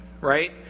right